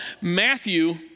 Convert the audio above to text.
Matthew